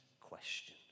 question